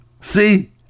see